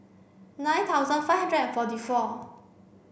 nine thousand five hundred and forty four